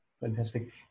Fantastic